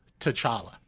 T'Challa